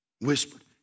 whispered